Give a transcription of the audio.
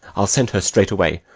i'll send her straight away.